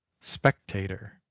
spectator